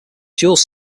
jules